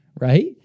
right